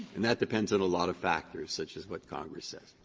and that depends on a lot of factors, such as what congress says.